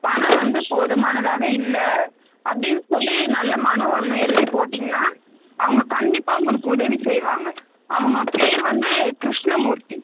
பணம் வந்து போதுமானதாக இல்லை அப்படின் சொல்லி நல்ல மனு ஒன்று எழுதி போட்டிங்கனால் அவங்க கண்டிப்பாக உங்களுக்கு உதவி செய்வாங்க அவங்க பேர் வந்து கிருஷ்ணமூர்த்தி